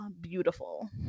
beautiful